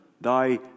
Thy